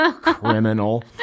criminal